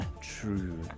True